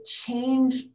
change